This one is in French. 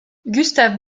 gustave